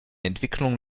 entwicklung